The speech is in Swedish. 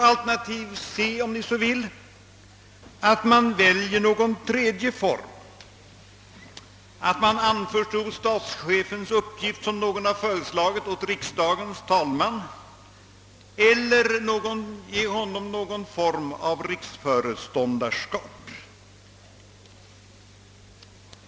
Alternativ C är att man väljer någon tredje form, att man anförtror statschefens uppgift, som någon har föreslagit, åt riksdagens talman eller ger honom någon form av riksföreståndarskap.